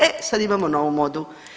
E sad imamo novu modu.